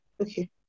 Okay